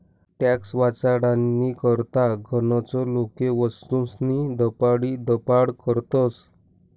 tax वाचाडानी करता गनच लोके वस्तूस्नी दपाडीदपाड करतस